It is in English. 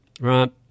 right